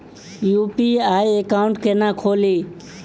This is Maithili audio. यु.पी.आई एकाउंट केना खोलि?